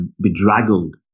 bedraggled